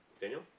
Daniel